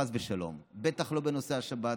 חס ושלום בטח לא בנושא השבת,